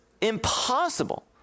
impossible